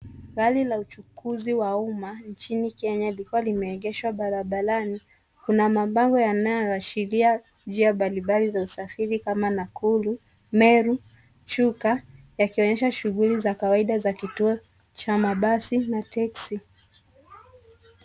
Gari la uchukuzi wa umma nchini Kenya likiwa limeegeshwa barabarani kuna mabango yanayoashiria njia mbalimbali za usafiri kama Nakuru, Meru, Chuka yakionyesha shughuli za kawaida za kituo cha mabasi na teksi.